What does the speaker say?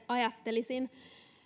ajattelisin